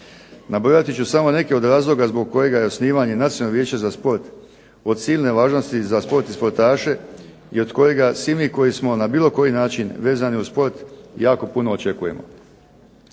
Nabrojati ću samo neke od razloga zbog kojega je osnivanje Nacionalnog vijeća za sport od silne važnosti za sport i sportaše, i od kojega svi mi koji smo na bilo koji način vezani uz sport jako puno očekujemo.